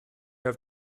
have